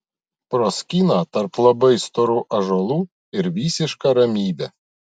proskyna tarp labai storų ąžuolų ir visiška ramybė